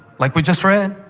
like we just read,